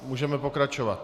Můžeme pokračovat.